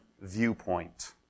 viewpoint